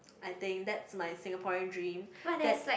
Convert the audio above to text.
I think that's my Singaporean dream that